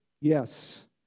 Yes